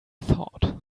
thought